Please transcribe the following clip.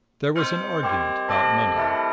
there was an argument about money.